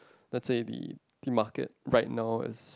let's say the the market right now is